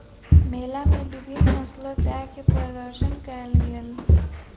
मेला मे विभिन्न नस्लक गाय के प्रदर्शन कयल गेल